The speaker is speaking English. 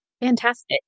Fantastic